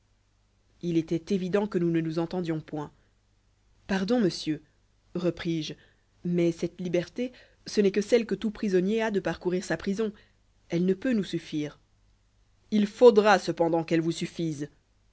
il était évident que nous ne nous entendions point pardon monsieur repris-je mais cette liberté ce n'est que celle que tout prisonnier a de parcourir sa prison elle ne peut nous suffire il faudra cependant qu'elle vous suffise